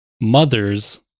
mothers